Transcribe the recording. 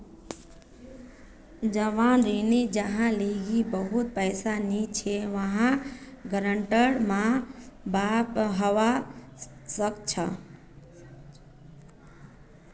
जवान ऋणी जहार लीगी बहुत पैसा नी छे वहार गारंटर माँ बाप हवा सक छे